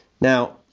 Now